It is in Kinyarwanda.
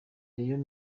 rayon